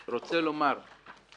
אני רוצה לומר שאנחנו